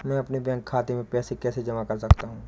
मैं अपने बैंक खाते में पैसे कैसे जमा कर सकता हूँ?